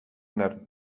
naar